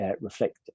reflect